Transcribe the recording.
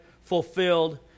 fulfilled